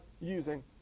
using